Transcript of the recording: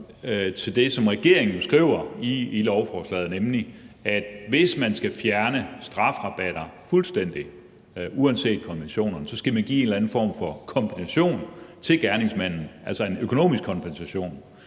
til det, som regeringen skriver i lovforslaget, nemlig at hvis man skal fjerne strafrabatter fuldstændig, uanset konventionerne, skal man give en eller en form for kompensation til gerningsmanden, altså en økonomisk kompensation.